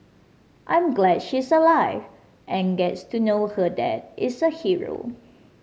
I'm glad she's alive and gets to know her dad is a hero